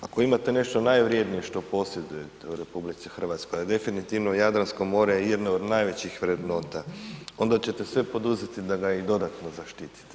Ako imate nešto najvrijednije što posjedujete u RH, a definitivno Jadransko more je jedno od najvećih vrednota, onda ćete sve poduzeti da ga i dodatno zaštitite.